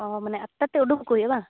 ᱚᱻ ᱢᱟᱱᱮ ᱟᱴᱼᱴᱟᱛᱮ ᱩᱰᱩᱠᱚᱜ ᱦᱩᱭᱩᱜᱼᱟ ᱵᱟᱝ